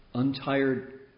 Untired